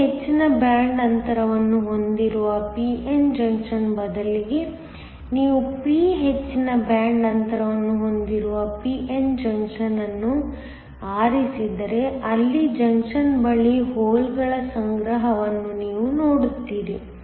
n ಹೆಚ್ಚಿನ band ಅಂತರವನ್ನು ಹೊಂದಿರುವ p n ಜಂಕ್ಷನ್ ಬದಲಿಗೆ ನೀವು p ಹೆಚ್ಚಿನ ಬ್ಯಾಂಡ್ ಅಂತರವನ್ನು ಹೊಂದಿರುವ p n ಜಂಕ್ಷನ್ ಅನ್ನು ಆರಿಸಿದರೆ ಅಲ್ಲಿ ಜಂಕ್ಷನ್ ಬಳಿ ಹೋಲ್ಗಳ ಸಂಗ್ರಹವನ್ನು ನೀವು ನೋಡುತ್ತೀರಿ